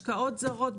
השקעות זרות,